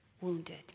wounded